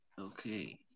Okay